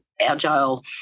agile